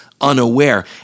unaware